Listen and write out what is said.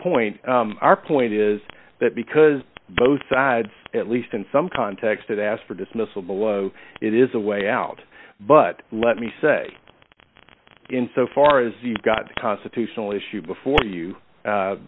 point our point is that because both sides at least in some context ask for dismissal below it is a way out but let me say in so far as you've got the constitutional issue before you